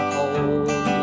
hold